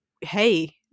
Hey